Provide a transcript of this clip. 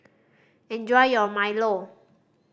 enjoy your milo